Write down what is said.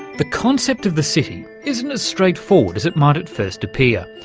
the concept of the city isn't as straight-forward as it might at first appear.